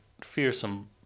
fearsome